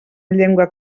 llengua